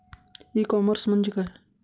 E commerce म्हणजे काय?